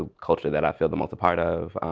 ah culture that i feel the most a part of.